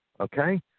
okay